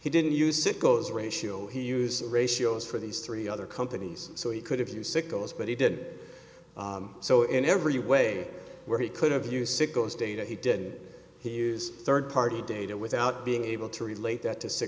he didn't use it goes ratio he used the ratios for these three other companies so he could have you sickos but he did so in every way where he could have use it goes data he did he use third party data without being able to relate that to